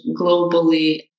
globally